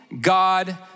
God